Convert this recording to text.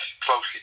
closely